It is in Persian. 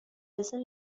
بزار